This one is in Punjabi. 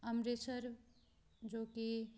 ਅੰਮ੍ਰਿਤਸਰ ਜੋ ਕਿ